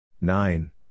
nine